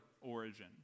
origin